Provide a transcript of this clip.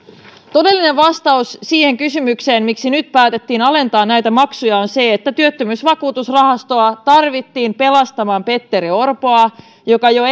todellinen vastaus siihen kysymykseen miksi nyt päätettiin alentaa maksuja on se että työttömyysvakuutusrahastoa tarvittiin pelastamaan petteri orpo joka jo